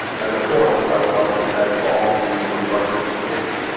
and, of course, i would like to thank all of you for participating.